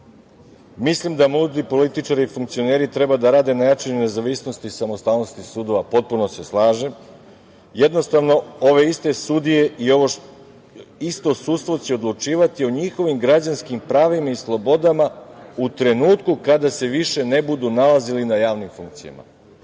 „Mislim da mudri političari i funkcioneri treba da rade na jačanju nezavisnosti i samostalnosti sudova“, potpuno se slažem, „jednostavno, ove isto sudstvo će odlučivati o njihovim građanskim pravima i slobodama u trenutku kada se više ne budu nalazili na javnim funkcijama“.